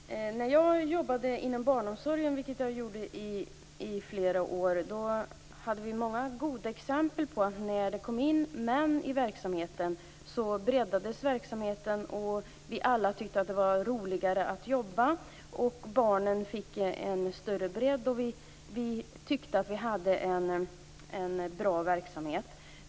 Herr talman! Jag har jobbat inom barnomsorgen i flera år. Där fanns många goda exempel på att verksamheten breddades när det kom in män i organisationen. Vi tyckte alla att det var roligare att jobba, och barnen fick en större bredd. Vi tyckte att vi hade en bra verksamhet.